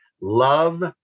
love